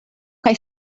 kaj